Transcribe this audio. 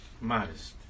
modest